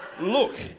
Look